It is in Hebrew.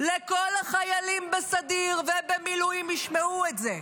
לכל החיילים בסדיר ובמילואים ישמעו את זה: